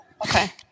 Okay